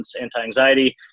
anti-anxiety